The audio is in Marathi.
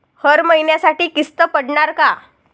हर महिन्यासाठी किस्त पडनार का?